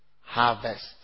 harvest